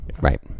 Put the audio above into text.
right